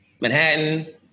Manhattan